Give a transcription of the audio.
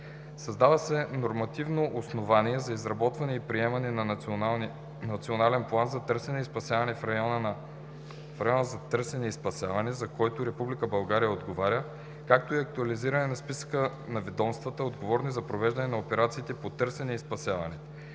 Създава се нормативно основание за изработване и приемане на Национален план за търсене и спасяване в района за търсене и спасяване, за който Република България отговаря, както и актуализиране на списъка на ведомствата, отговорни за провеждане на операциите по търсене и спасяване.